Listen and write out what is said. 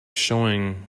showing